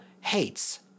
hates